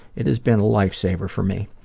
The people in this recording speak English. it's been a lifesaver for me.